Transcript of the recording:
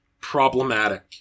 problematic